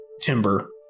Timber